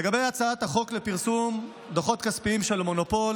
לגבי הצעת החוק לפרסום דוחות כספיים של מונופול